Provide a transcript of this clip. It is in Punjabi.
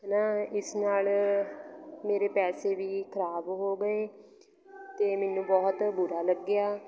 ਹੈ ਨਾ ਇਸ ਨਾਲ ਮੇਰੇ ਪੈਸੇ ਵੀ ਖਰਾਬ ਹੋ ਗਏ ਅਤੇ ਮੈਨੂੰ ਬਹੁਤ ਬੁਰਾ ਲੱਗਿਆ